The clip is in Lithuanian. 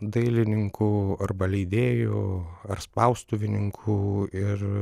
dailininku arba leidėju ar spaustuvininku ir